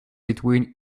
between